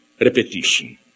repetition